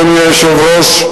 אדוני היושב-ראש,